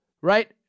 right